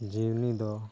ᱡᱤᱣᱤ ᱫᱚ